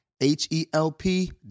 H-E-L-P